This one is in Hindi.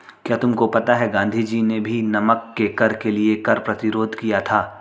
क्या तुमको पता है गांधी जी ने भी नमक के कर के लिए कर प्रतिरोध किया था